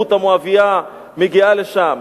רות המואבייה הגיעה לשם,